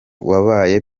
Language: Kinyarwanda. wabaye